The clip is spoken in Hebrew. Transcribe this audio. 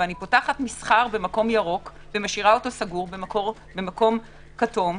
ואני פותחת מסחר במקום ירוק ומשאירה אותו סגור במקום כתום,